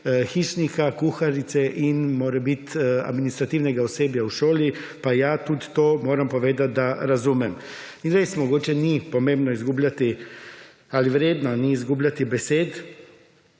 hišnika, kuharice in morebiti administrativnega osebja v šoli. Pa ja, tudi to, moram povedati, da razumem. In res mogoče ni pomembno izgubljati ali ni vredno izgubljati besed,